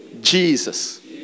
jesus